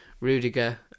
rudiger